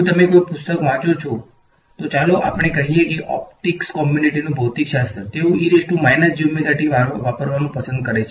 જો તમે કોઈ પુસ્તક વાંચો તો ચાલો આપણે કહીએ કે ઓપ્ટિક્સ કોમ્યુનીટીનું ભૌતિકશાસ્ત્ર તેઓ વાપરવાનું પસંદ કરે છે